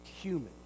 human